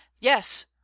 yes